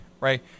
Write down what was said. right